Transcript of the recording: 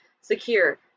secure